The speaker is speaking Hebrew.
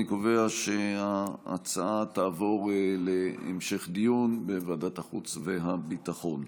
אני קובע שההצעה תעבור להמשך דיון בוועדת החוץ והביטחון.